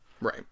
Right